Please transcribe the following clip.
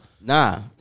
Nah